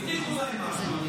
הבטיחו להם משהו,